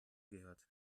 gehört